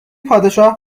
پادشاه